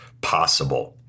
possible